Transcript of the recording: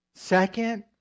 Second